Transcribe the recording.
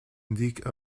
indiquent